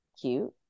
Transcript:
cute